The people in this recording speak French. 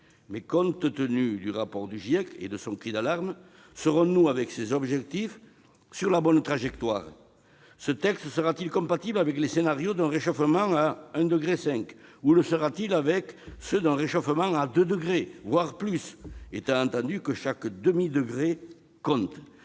Mais, compte tenu du rapport du GIEC et du cri d'alarme de celui-ci, serons-nous, avec ces objectifs, sur la bonne trajectoire ? Ce texte sera-t-il compatible avec les scénarios d'un réchauffement de 1,5 degré ou avec ceux d'un réchauffement de 2 degrés, voire plus ? Étant entendu que chaque demi-degré compte.